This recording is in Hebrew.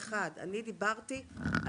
--- אני רוצה לחדד: אני דיברתי על